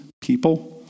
people